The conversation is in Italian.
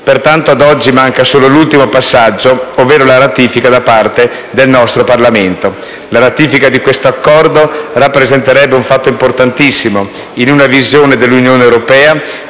Pertanto, ad oggi manca solo l'ultimo passaggio, ovvero l'autorizzazione alla ratifica da parte del nostro Parlamento. La ratifica di questo accordo rappresenterebbe un fatto importantissimo in una visione dell'Unione europea